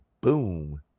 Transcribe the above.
Boom